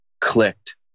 clicked